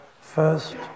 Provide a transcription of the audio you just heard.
first